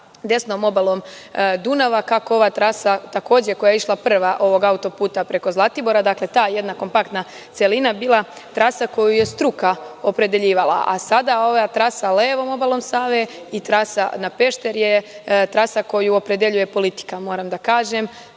desnom obalom Dunava, kako ova trasa koja je takođe išla prva ovog autoputa preko Zlatibora, dakle, ta jedna kompaktna celina je bila trasa koju je struka opredeljivala, a sada ova trasa levom obalom Save i trasa na Pešteri je trasa koju opredeljuje politika. Vi možda ne